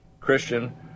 Christian